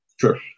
Sure